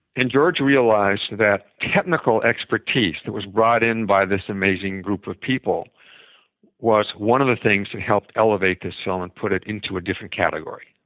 and george realized that technical expertise that was brought in by this amazing group of people was one of the things that helped elevate this film and put it into a different category.